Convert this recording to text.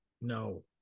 No